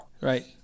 Right